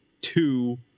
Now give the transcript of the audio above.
two